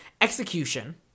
execution